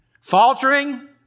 Faltering